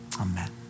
Amen